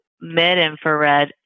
mid-infrared